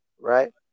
right